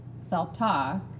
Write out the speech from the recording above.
self-talk